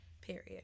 Period